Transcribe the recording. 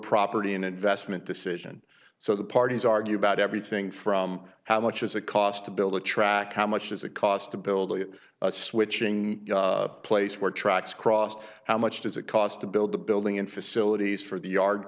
property and investment decision so the parties argue about everything from how much is it cost to build a track how much does it cost to build a switching place where trucks cross how much does it cost to build the building in facilities for the yard